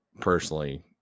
personally